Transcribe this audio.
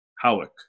Howick